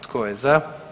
Tko je za?